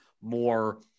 more